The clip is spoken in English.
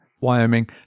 Wyoming